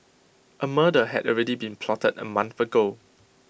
A murder had already been plotted A month ago